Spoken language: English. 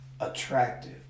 attractive